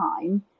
time